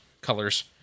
colors